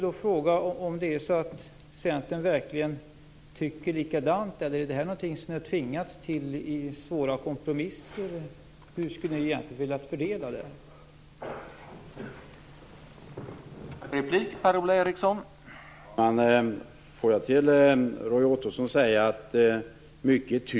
Tycker ni i Centern verkligen likadant, eller är det här något som ni har tvingats till i samband med svåra kompromisser? Hur skulle ni alltså egentligen ha velat fördela det hela?